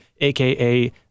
AKA